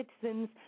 citizens